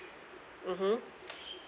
mmhmm